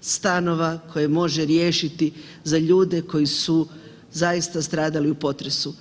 stanova koje može riješiti za ljude koji su zaista stradali u potresu.